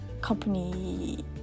company